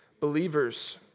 believers